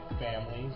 families